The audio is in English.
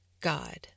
God